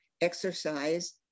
exercise